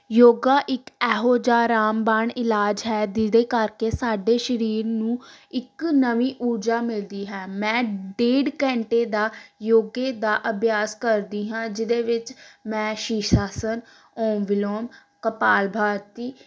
ਯੋਗਾ ਇੱਕ ਇਹੋ ਜਿਹਾ ਰਾਮਬਾਣ ਇਲਾਜ ਹੈ ਜਿਹਦੇ ਕਰਕੇ ਸਾਡੇ ਸਰੀਰ ਨੂੰ ਇੱਕ ਨਵੀਂ ਊਰਜਾ ਮਿਲਦੀ ਹੈ ਮੈਂ ਡੇਢ ਘੰਟੇ ਦਾ ਯੋਗੇ ਦਾ ਅਭਿਆਸ ਕਰਦੀ ਹਾਂ ਜਿਹਦੇ ਵਿੱਚ ਮੈਂ ਸ਼ੀਸ਼ ਆਸਣ ਓਮ ਬਿਲੋਮ ਕਪਾਲਭਾਰਤੀ